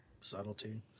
Subtlety